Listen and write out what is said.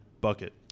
bucket